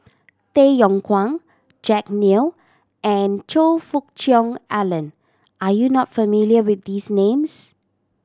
Tay Yong Kwang Jack Neo and Choe Fook Cheong Alan are you not familiar with these names